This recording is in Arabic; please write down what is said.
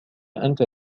أنت